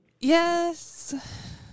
Yes